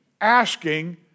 asking